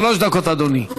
שלוש דקות, אדוני.